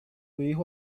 hijo